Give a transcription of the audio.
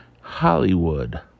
Hollywood